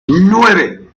nueve